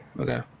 Okay